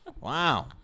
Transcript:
Wow